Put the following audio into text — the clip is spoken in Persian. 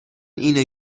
اینه